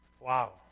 Wow